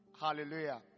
Hallelujah